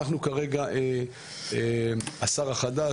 כרגע השר החדש,